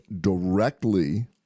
directly